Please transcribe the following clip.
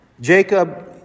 Jacob